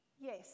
Yes